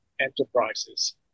enterprises